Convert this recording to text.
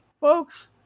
folks